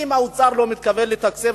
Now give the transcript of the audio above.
אם האוצר לא מתכוון לתקצב,